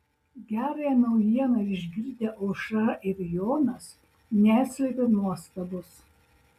gerąją naujieną išgirdę aušra ir jonas neslėpė nuostabos